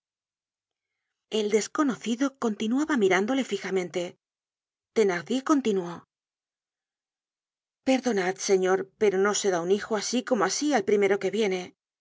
el desconocido continuaba mirándole fijamente thenardier continuó perdonad señor pero no se da un hijo asi como asi al primero que viene